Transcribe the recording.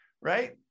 right